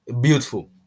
beautiful